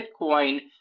Bitcoin